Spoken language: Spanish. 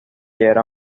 era